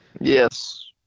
Yes